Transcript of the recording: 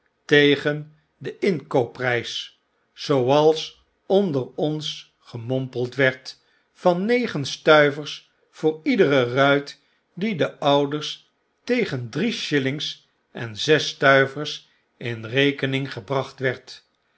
tegen den inkoopprijs zooals onder ons gemompeld werd van negen stuivers voor iedere ruit die de ouders tegen drie shillings en zes stuivers in rekening gebracht werd